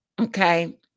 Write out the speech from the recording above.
okay